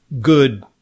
good